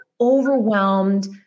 overwhelmed